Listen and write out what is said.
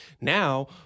Now